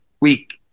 week